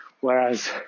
whereas